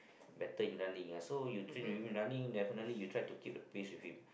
better in running ya so you train with him running definitely you try to keep the pace with him